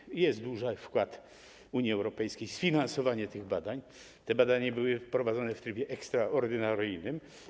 I tu jest duży wkład Unii Europejskiej w sfinansowanie tych badań, te badania były prowadzone w trybie ekstraordynaryjnym.